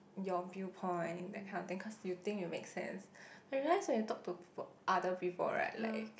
your viewpoint that kind of thing cause you think you make sense but you realise when you talk to people other people right like